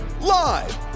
live